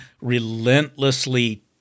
relentlessly